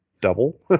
double